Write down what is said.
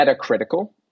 metacritical